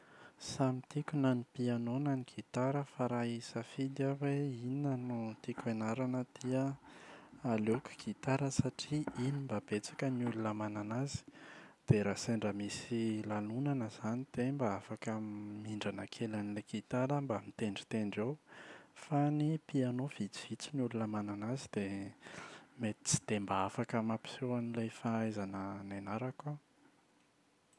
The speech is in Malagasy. Samy tiako na ny piano na ny gitara fa raha hisafidy aho hoe inona no tiako hianarana dia aleoko gitara satria iny mba betsaka ny olona manana azy. Dia raha sendra misy lanonana izany dia mba afaka m-mihindrana kely an’ilay gitara aho mba mitendritendry eo, fa ny piano vitsivitsy ny olona manana azy dia mety tsy dia mba afaka mampiseho an’ilay fahaizana nianarako aho.